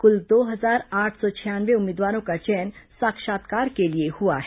कुल दो हजार आठ सौ छियानवे उम्मीदवारों का चयन साक्षात्कार के लिए हुआ है